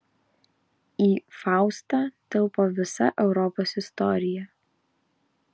į faustą tilpo visa europos istorija